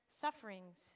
sufferings